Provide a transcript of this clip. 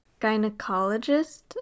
gynecologist